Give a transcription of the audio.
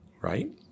Right